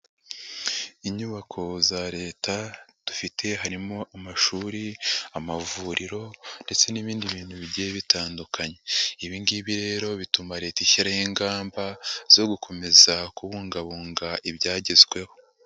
Inyubako za leta dufite harimo amashuri, amavuriro, ndetse n'ibindi bintu bigiye bitandukanye. Ibingibi rero bituma leta ishyiraho ingamba zo gukomeza kubungabunga ibyagezweho.